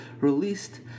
released